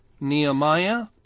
Nehemiah